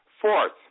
Fourth